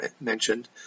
mentioned